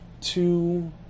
two